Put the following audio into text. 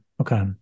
Okay